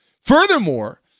Furthermore